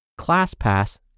ClassPass